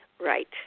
Right